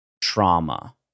trauma